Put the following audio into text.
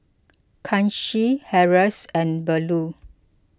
Kanshi Haresh and Bellur